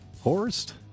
Horst